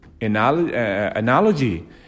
analogy